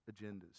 agendas